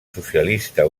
socialista